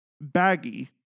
baggy